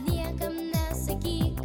niekam sakyk